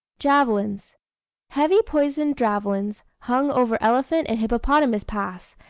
javelins heavy poisoned javelins, hung over elephant and hippopotamus paths,